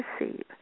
receive